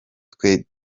twe